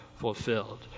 fulfilled